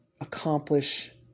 accomplish